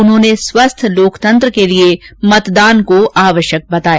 उन्होंने स्वस्थ लोकतंत्र के लिए मतदान को आवश्यक बताया